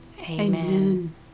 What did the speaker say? Amen